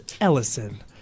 Ellison